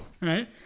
right